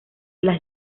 las